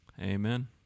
amen